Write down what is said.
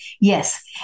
Yes